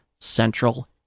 Central